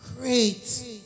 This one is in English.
great